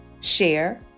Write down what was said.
share